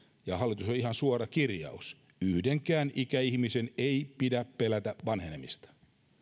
ihan suora kirjaus yhdenkään ikäihmisen ei pidä pelätä vanhenemista se